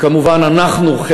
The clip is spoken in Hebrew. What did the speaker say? וכמובן אנחנו,